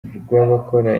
rw’abakora